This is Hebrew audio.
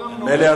מילא,